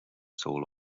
soul